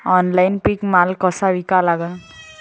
Online पीक माल कसा विका लागन?